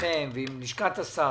אתכם ועם לשכת השר,